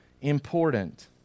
important